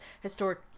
historic